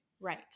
Right